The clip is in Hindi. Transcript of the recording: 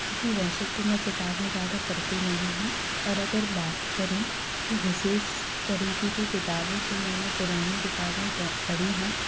जी वैसे तो मैं किताबें ज़्यादा पढ़ती नहीं हूँ और अगर बात करें कि विशेष तरीक़े की किताबें जो मैंने पुरानी किताबें पढ़ी हैं